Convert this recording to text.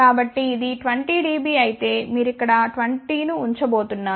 కాబట్టి ఇది 20 dB అయితే మీరు ఇక్కడ 20 ను ఉంచబోతున్నారు